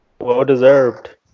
Well-deserved